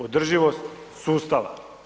Održivost sustava.